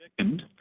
Second